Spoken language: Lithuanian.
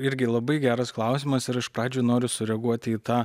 irgi labai geras klausimas ir aš pradžioj noriu sureaguoti į tą